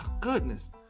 goodness